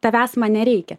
tavęs man nereikia